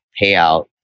payout